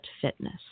fitness